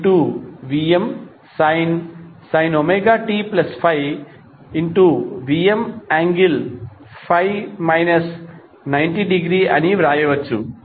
Vmsin ωt∅ Vm∠∅ 90°అని వ్రాయవచ్చు